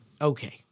Okay